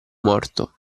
morto